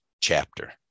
chapter